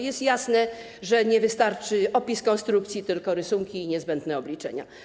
Jest jasne, że nie wystarczy opis konstrukcji, potrzebne są rysunki i niezbędne obliczenia.